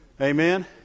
Amen